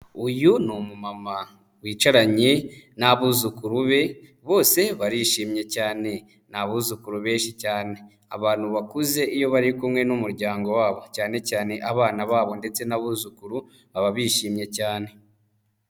Uyu ni umumama wicaranye n'abuzukuru be bose barishimye cyane, ni abuzukuru benshi cyane. Abantu bakuze iyo bari kumwe n'umuryango wabo cyane cyane abana babo ndetse n'abuzukuru baba bishimye cyane.